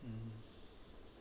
mm